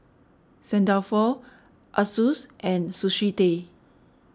St Dalfour Asus and Sushi Tei